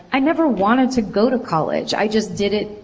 i never wanted to go to college. i just did it.